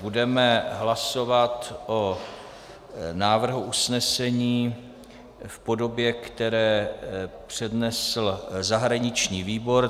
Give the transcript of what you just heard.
Budeme hlasovat o návrhu usnesení v podobě, které přednesl zahraniční výbor.